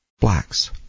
blacks